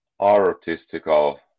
artistical